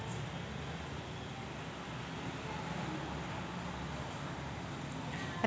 रासायनिक शेती करतांनी जास्तीत जास्त कितीक साल एकच एक पीक घेता येईन?